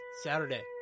Saturday